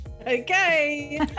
Okay